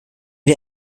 der